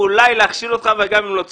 אולי להכשיל אותך וגם הם לא צודקים.